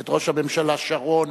את ראש הממשלה שרון,